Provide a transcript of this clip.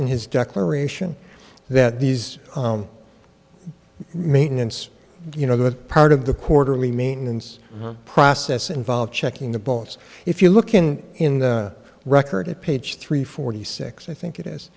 in his declaration that these maintenance you know that part of the quarterly maintenance process involved checking the bones if you look in in the record at page three forty six i think it